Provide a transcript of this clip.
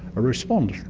a response.